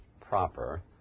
proper